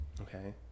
Okay